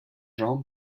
jean